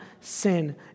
sin